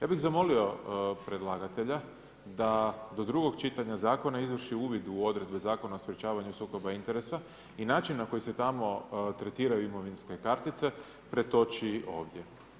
Ja bih zamolio predlagatelja da do drugog čitanja zakona izvrši uvid u odredbe Zakona o sprječavanju sukoba interesa i način na koji se tamo tretiraju imovinske kartice pretoči ovdje.